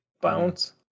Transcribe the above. bounce